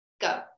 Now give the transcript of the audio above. Go